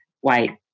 white